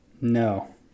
no